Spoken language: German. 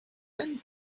einen